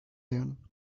then